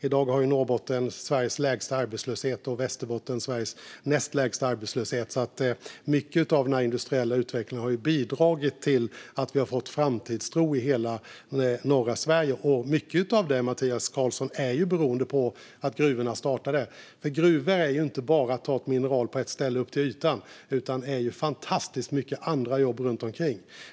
I dag har Norrbotten Sveriges lägsta arbetslöshet och Västerbotten Sveriges näst lägsta arbetslöshet. Mycket av den industriella utvecklingen har bidragit till att vi har fått framtidstro i hela norra Sverige. Mycket av detta beror, Mattias Karlsson, på gruvorna. Gruvor innebär inte bara att man tar upp ett mineral till ytan på ett ställe, utan de innebär fantastiskt många andra jobb runt omkring.